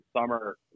summer